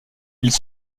ils